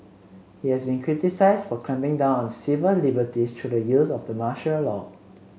he has been criticised for clamping down on civil liberties through the use of the martial law